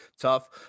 tough